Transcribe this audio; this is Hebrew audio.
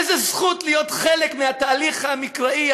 איזו זכות להיות חלק מהתהליך המקראי,